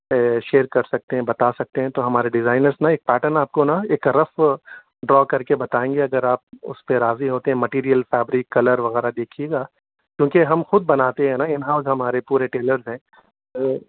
share کر سکتے ہیں بتا سکتے ہیں تو ہمارے ڈیزائنرز نہ ایک پیٹرن آپ کو نہ ایک رف ڈرا کر کے بتائیں گے اگر آپ اس پہ راضی ہوتے ہیں میٹیریل فیبرک کلر وغیرہ دیکھیے گا کیونکہ ہم خود بناتے ہیں نہ ان ہاؤز ہمارے پورے ٹیلرز ہیں